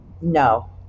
No